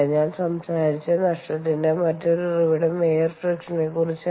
ഞാൻ സംസാരിച്ച നഷ്ടത്തിന്റെ മറ്റൊരു ഉറവിടം എയർ ഫ്രിക്ഷനെ കുറിച്ചാണ്